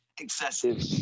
excessive